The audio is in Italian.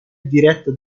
diretta